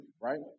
right